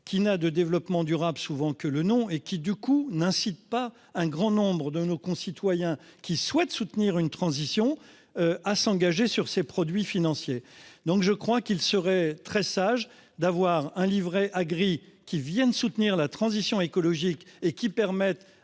qui n'a de développement durable souvent que le nom et qui du coup n'incite pas un grand nombre de nos concitoyens qui souhaitent soutenir une transition à s'engager sur ces produits financiers. Donc je crois qu'il serait très sage d'avoir un livret A gris qui viennent soutenir la transition écologique et qui permettent